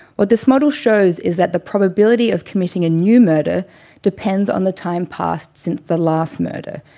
what this model shows is that the probability of committing a new murder depends on the time passed since the last murder.